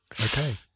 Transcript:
Okay